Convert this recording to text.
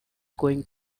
quickly